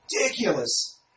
ridiculous